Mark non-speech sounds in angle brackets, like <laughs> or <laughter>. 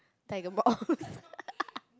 tiger moths <laughs>